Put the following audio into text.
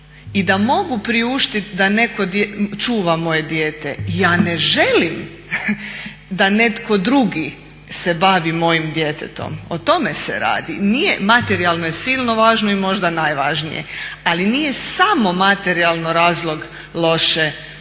i da mogu priuštiti da neko čuva moje dijete, ja ne želim da netko drugi se bavi mojim djetetom, o tome se radi. Nije materijalno i silno je važno i možda najvažnije, ali nije samo materijalno razlog loše